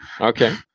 Okay